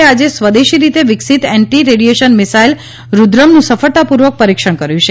એ આજે સ્વદેશી રીતે વિકસિત એન્ટિ રેડિએશન મિસાઈલ રુદ્રમનું સફળતાપૂર્વક પરીક્ષણ કર્યુ છે